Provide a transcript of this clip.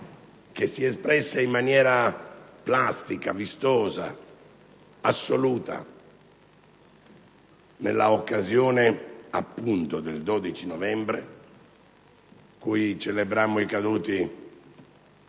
che si è espressa in maniera plastica, vistosa, assoluta nell'occasione di quel 12 novembre in cui celebrammo i caduti